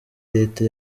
leta